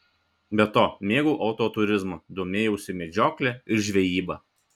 be to mėgau autoturizmą domėjausi medžiokle ir žvejyba